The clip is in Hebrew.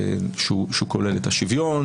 שהוא כולל את השוויון,